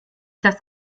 das